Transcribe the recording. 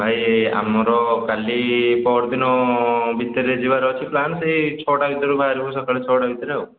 ଭାଇ ଆମର କାଲି ପହରଦିନ ଭିତରେ ଯିବାର ଅଛି ପ୍ଲାନ୍ ଆଉ ସେଇ ଛଅଟା ଭିତରେ ବାହାରିବୁ ସକାଳ ଛଅଟା ଭିତରେ ଆଉ